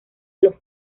los